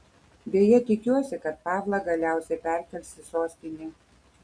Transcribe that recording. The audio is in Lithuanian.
beje tikiuosi kad pavlą galiausiai perkels į sostinę